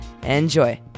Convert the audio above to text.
Enjoy